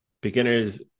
beginners